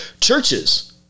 churches